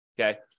okay